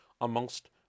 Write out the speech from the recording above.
amongst